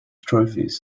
trophies